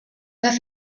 have